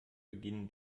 beginnen